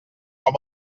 com